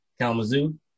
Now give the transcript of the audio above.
Kalamazoo